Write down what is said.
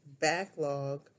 backlog